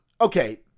Okay